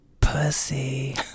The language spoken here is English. pussy